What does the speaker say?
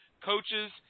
coaches